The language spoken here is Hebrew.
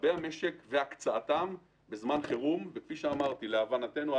משאבי המשק והקצאתם בזמן חירום להבנתנו,